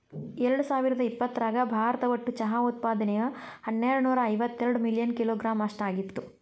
ಎರ್ಡಸಾವಿರದ ಇಪ್ಪತರಾಗ ಭಾರತ ಒಟ್ಟು ಚಹಾ ಉತ್ಪಾದನೆಯು ಹನ್ನೆರಡನೂರ ಇವತ್ತೆರಡ ಮಿಲಿಯನ್ ಕಿಲೋಗ್ರಾಂ ಅಷ್ಟ ಆಗಿತ್ತು